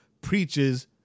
preaches